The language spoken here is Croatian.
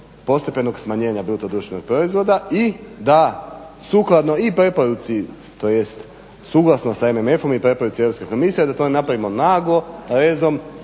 postepenog smanjenja BDP-a i da sukladno i preporuci tj. suglasno sa MMF-om i preporuci Europske komisije da to ne napravimo naglo rezom